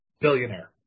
billionaire